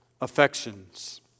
affections